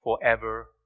forever